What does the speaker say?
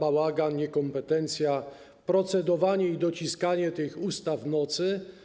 bałagan, niekompetencja, procedowanie i dociskanie ustaw w nocy.